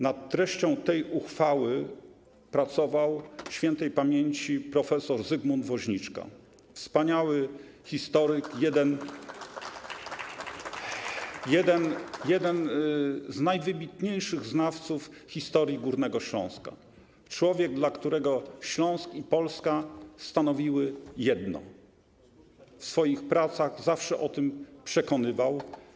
Nad treścią tej uchwały pracował śp. prof. Zygmunt Woźniczka, wspaniały historyk, jeden z najwybitniejszych znawców historii Górnego Śląska, człowiek, dla którego Śląsk i Polska stanowiły jedno, w swoich pracach zawsze o tym przekonywał.